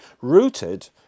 rooted